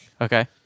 Okay